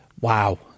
Wow